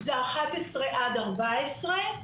הוא 11 עד 14,